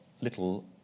little